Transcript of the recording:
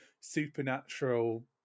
supernatural